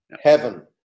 Heaven